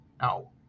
Now